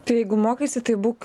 tai jeigu mokaisi tai būk